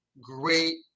great